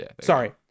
Sorry